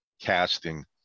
casting